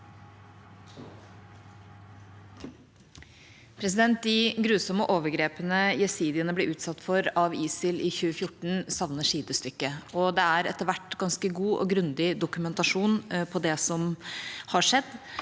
le- der): De grusomme overgrepene jesidiene ble utsatt for av ISIL i 2014, savner sidestykke. Det er etter hvert ganske god og grundig dokumentasjon på det som har skjedd,